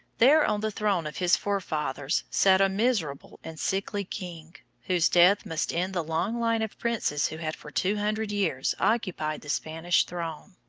there on the throne of his forefathers sat a miserable and sickly king, whose death must end the long line of princes who had for two hundred years occupied the spanish throne.